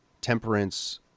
temperance